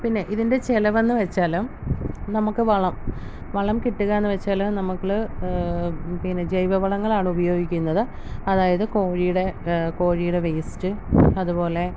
പിന്നെ ഇതിൻ്റെ ചിലവെന്ന് വച്ചാൽ നമുക്ക് വളം വളം കിട്ടുക എന്ന് വച്ചാൽ നമ്മൾ പിന്നെ ജൈവ വളങ്ങളാണ് ഉപയോഗിക്കുന്നത് അതായത് കോഴിയുടെ കോഴിയുടെ വേയ്സ്റ്റ് അതുപോലെ